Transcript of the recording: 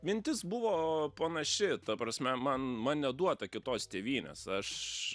mintis buvo panaši ta prasme man man neduota kitos tėvynės aš